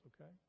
okay